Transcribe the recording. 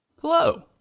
Hello